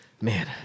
Man